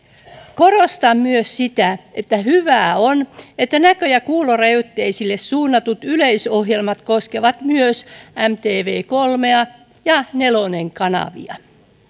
korostan myös että hyvää on se että näkö ja kuulorajoitteisille suunnatut yleisohjelmat koskevat myös mtv kolme ja nelonen kanavia